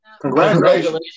Congratulations